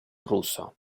ruso